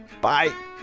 bye